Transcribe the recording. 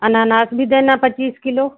अनानास भी देना पचीस किलो